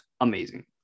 amazing